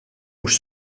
mhux